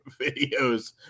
videos